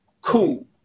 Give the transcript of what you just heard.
Cool